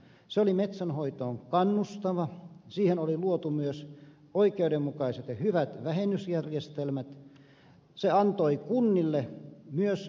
se oli metsänhoitoon kannustava siihen oli luotu myös oikeudenmukaiset ja hyvät vähennysjärjestelmät se antoi kunnille myös verotulot